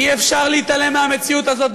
אי-אפשר להתעלם מהמציאות הזאת.